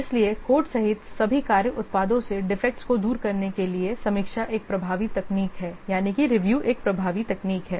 इसलिए कोड सहित सभी कार्य उत्पादों से डिफेक्टस को दूर करने के लिए रिव्यू एक बहुत प्रभावी तकनीक है